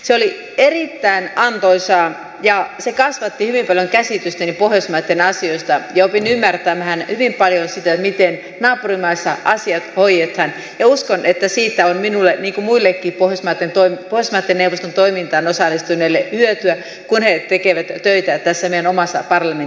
se oli erittäin antoisaa ja se kasvatti hyvin paljon käsitystäni pohjoismaitten asioista ja opin ymmärtämään hyvin paljon sitä miten naapurimaissa asiat hoidetaan ja uskon että siitä on minulle niin kuin muillekin pohjoismaiden neuvoston toimintaan osallistuneille hyötyä kun he tekevät töitä tässä meidän omassa parlamentissamme